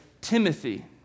Timothy